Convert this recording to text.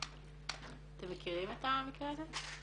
אתם מכירים את המקרה הזה?